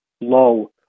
low